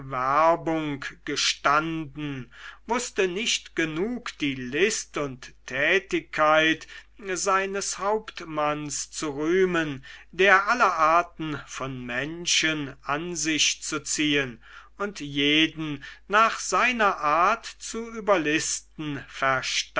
werbung gestanden wußte nicht genug die list und tätigkeit seines hauptmanns zu rühmen der alle arten von menschen an sich zu ziehen und jeden nach seiner art zu überlisten